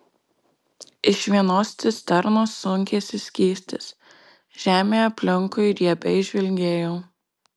iš vienos cisternos sunkėsi skystis žemė aplinkui riebiai žvilgėjo